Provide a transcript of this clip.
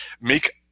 make